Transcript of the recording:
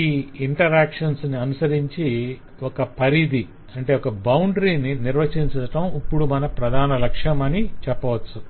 ఈ ఇంటరాక్షన్స్ ని అనుసరించి ఒక పరిధిని నిర్వచించటం ఇప్పుడు మన ప్రధాన లక్ష్యం అని చెప్పవచ్చు